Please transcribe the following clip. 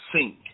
sink